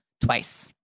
twice